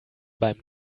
beim